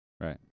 right